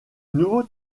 nouveau